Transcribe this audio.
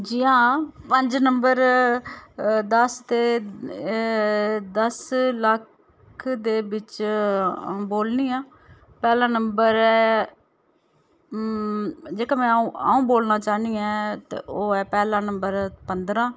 जियां पंज नंबर दस ते दस लक्ख दे बिच्च आ'ऊं बोलनी आं पैह्ला नंबर ऐ जेह्का में आ'ऊं आ'ऊं बोलना चाह्न्नी आं ते ओह् ऐ पैह्ला नंबर पंदरां